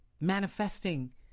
manifesting